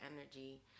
energy